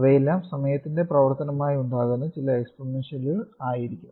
അവയെല്ലാം സമയത്തിന്റെ പ്രവർത്തനമായി ഉണ്ടാകുന്ന ചില എക്സ്പോണൻഷ്യലുകൾ ആയിരിക്കും